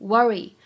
Worry